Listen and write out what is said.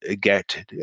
get